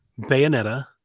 Bayonetta